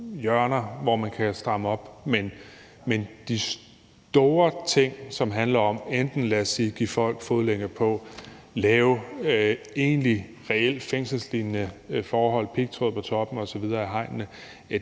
hjørner, hvor man kan stramme op, men de store ting, som handler om enten at, lad os sige, give folk fodlænke på, lave egentlig reelle fængselslignende forhold, pigtråd på toppen af hegnene